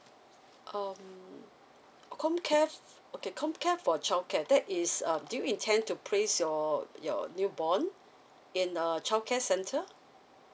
um comcare okay comcare for childcare that is um do you intend to place your your newborn in a childcare centre